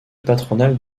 patronale